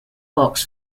box